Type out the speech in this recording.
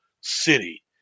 city